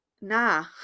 nah